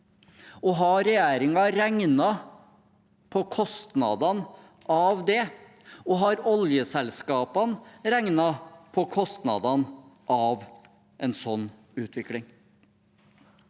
Har regjeringen regnet på kostnadene av det? Har oljeselskapene regnet på kostnadene av en sånn utvikling?